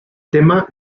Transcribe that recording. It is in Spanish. tema